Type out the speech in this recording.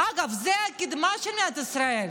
אגב, זאת הקדמה של מדינת ישראל,